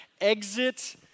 exit